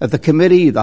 of the committee the